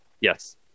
Yes